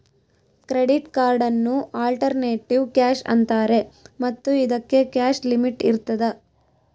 credit ಕಾರ್ಡನ್ನು alternative cash ಅಂತಾರೆ ಮತ್ತು ಇದಕ್ಕೆ ಕ್ಯಾಶ್ ಲಿಮಿಟ್ ಇರ್ತದ